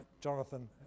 Jonathan